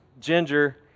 Ginger